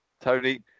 Tony